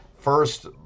first